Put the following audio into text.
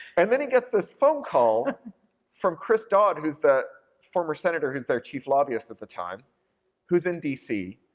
and then he gets this phone call from chris dodd, who's the former senator who's their chief lobbyist at the time who's in d c,